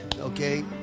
okay